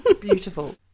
Beautiful